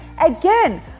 Again